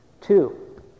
Two